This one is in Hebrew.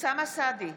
אוסאמה סעדי,